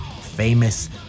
famous